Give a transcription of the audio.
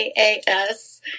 AAS